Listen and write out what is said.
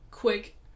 quick